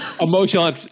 Emotional